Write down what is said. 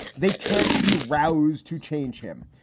they can't be roused to change him.